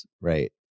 right